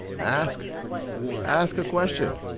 ask ask a question.